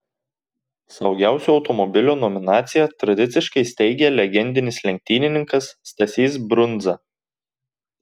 saugiausio automobilio nominaciją tradiciškai steigia legendinis lenktynininkas stasys brundza